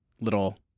little